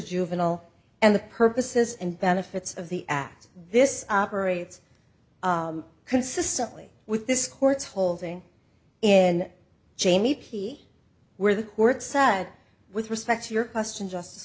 juvenile and the purposes and benefits of the act this operates consistently with this court's holding in jamie p where the court said with respect to your question just